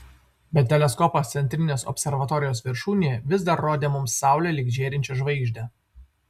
bet teleskopas centrinės observatorijos viršūnėje vis dar rodė mums saulę lyg žėrinčią žvaigždę